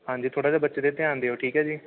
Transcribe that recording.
ਹਾਂਜੀ ਥੋੜ੍ਹਾ ਜਿਹਾ ਬੱਚੇ 'ਤੇ ਧਿਆਨ ਦਿਓ ਠੀਕ ਹੈ ਜੀ